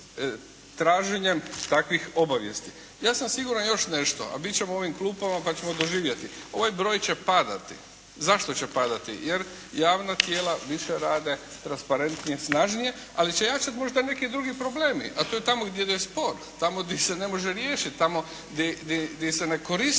traženjem takvih obavijesti. Ja sam siguran još nešto, a bit ćemo u ovim klupama pa ćemo doživjeti. Ovaj broj će padati. Zašto će padati? Jer javna tijela više rade, transparentnije, snažnije, ali će jačati možda neki drugi problemi, a to je tamo gdje je … tamo gdje se ne može riješiti, tamo gdje se ne koristi